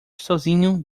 sozinho